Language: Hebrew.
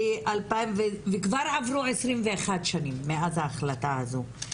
כבר עברו 21 שנים מאז ההחלטה הזו.